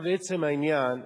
לעצם העניין,